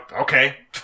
Okay